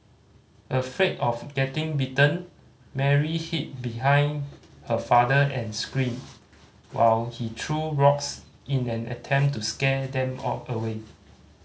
afraid of getting bitten Mary hid behind her father and screamed while he threw rocks in an attempt to scare them or away